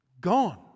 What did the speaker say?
gone